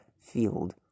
field